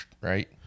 right